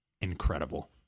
Incredible